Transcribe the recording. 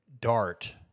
dart